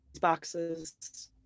Boxes